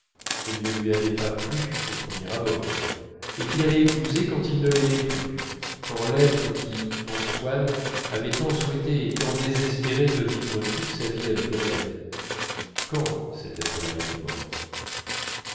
elle ne lui avait pas plu au premier abord et qu'il avait épousée quand il ne l'aimait plus quand l'être qui en swann avait tant souhaité et tant désespéré de vivre toute sa vie avec odette quand cet être-là était mort